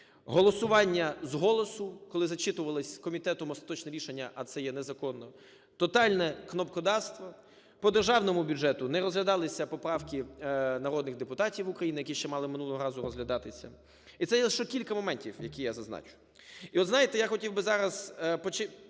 голосування з голосу, коли зачитувалось комітетом остаточне рішення, а це є незаконно, тотальнекнопкодавство, по Державному бюджету не розглядалися поправки народних депутатів України, які ще мали минулого разу розглядатися. І це є лише кілька моментів, які я зазначив. І от знаєте, я хотів би зараз